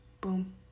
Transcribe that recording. Boom